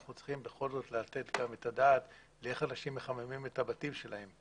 אנחנו צריכים בכל זאת לתת גם את הדעת איך אנשים מחממים את הבתים שלהם.